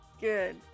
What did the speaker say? Good